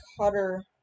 cutter